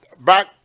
back